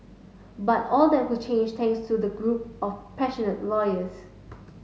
but all that would change thanks to a group of passionate lawyers